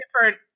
different